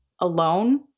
alone